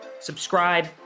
subscribe